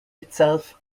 itself